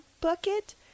bucket